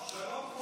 שלום,